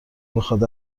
بخواد